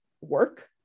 work